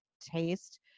taste